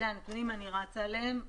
אלה הנתונים, אני רצה עליהם.